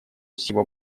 усилий